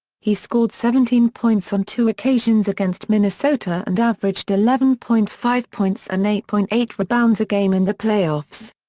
he scored seventeen points on two occasions against minnesota and averaged eleven point five points and eight point eight rebounds a game in the playoffs.